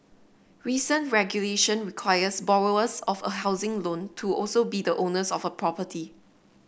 recent regulation requires borrowers of a housing loan to also be the owners of a property